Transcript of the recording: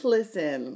Listen